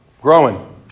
Growing